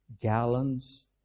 gallons